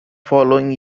following